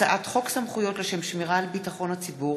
הצעת חוק סמכויות לשם שמירה על ביטחון הציבור